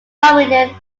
saarinen